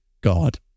God